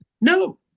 No